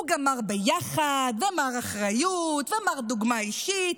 הוא גם מר ביחד ומר אחריות ומר דוגמה אישית,